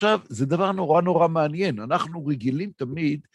עכשיו, זה דבר נורא נורא מעניין, אנחנו רגילים תמיד...